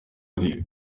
ari